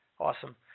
Awesome